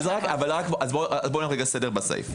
נעשה סדר.